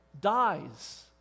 dies